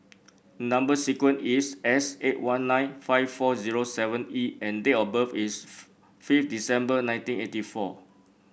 number sequence is S eight one nine five four zero seven E and date of birth is fifth December nineteen eighty four